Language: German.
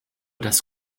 das